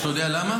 אתה יודע למה?